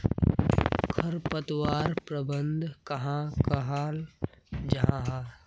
खरपतवार प्रबंधन कहाक कहाल जाहा जाहा?